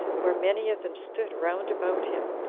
where many of them stood round about him,